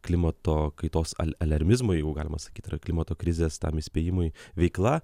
klimato kaitos alermizmui jau galima sakyt yra klimato krizės tam įspėjimui veikla